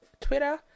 twitter